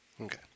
Okay